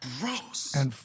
Gross